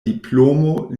diplomo